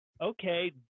okay